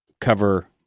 cover